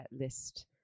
list